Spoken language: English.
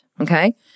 Okay